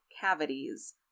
cavities